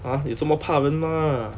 !huh! 有这么怕它们 mah